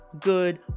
good